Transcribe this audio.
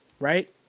right